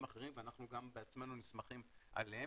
אחרים ואנחנו גם בעצמנו נסמכים עליהם,